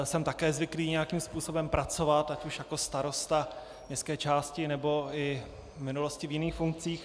Jsem také zvyklý nějakým způsobem pracovat, ať už jako starosta městské části, nebo i v minulosti v jiných funkcích.